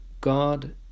God